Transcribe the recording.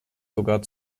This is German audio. sogar